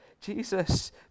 Jesus